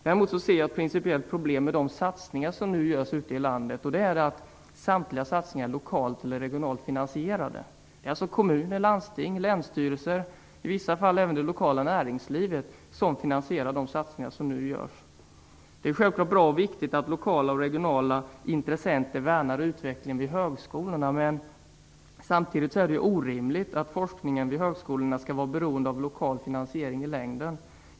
Däremot ser jag ett principiellt problem med de satsningar som nu görs ute landet. Det är att samtliga satsningar är lokalt eller regionalt finansierade. Det är alltså kommuner, landsting, länsstyrelser och i vissa fall även det lokala näringslivet som finansierar de satsningar som nu görs. Det är självfallet bra och viktigt att lokala och regionala intressenter värnar utvecklingen vid högskolorna, men samtidigt är det orimligt att forskningen vid högskolorna skall vara beroende av lokal finansiering i längden.